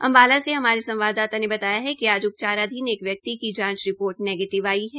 अम्बाला से हमारे संवाददाता ने बताया कि आज उपचाराधीन एक व्यक्ति की जांच रिपोर्ट नेगीटिव आई है